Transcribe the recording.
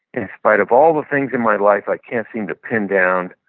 in spite of all the things in my life i can't seem to pin down,